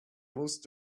most